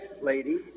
lady